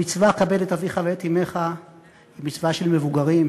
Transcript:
המצווה "כבד את אביך ואת אמך" היא מצווה של מבוגרים,